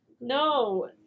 No